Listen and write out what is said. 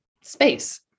space